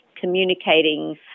communicating